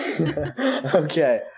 Okay